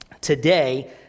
today